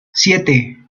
siete